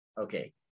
okay